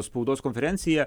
spaudos konferencija